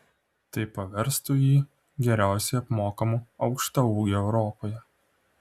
tai paverstų jį geriausiai apmokamu aukštaūgiu europoje